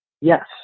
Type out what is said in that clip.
yes